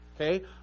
Okay